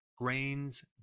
grains